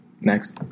Next